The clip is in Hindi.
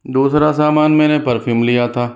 दूसरा सामान मैंने परफ्यूम लिया था